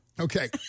Okay